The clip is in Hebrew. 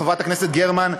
חברת הכנסת גרמן,